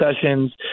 sessions